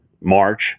March